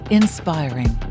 inspiring